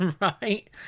Right